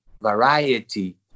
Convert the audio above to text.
variety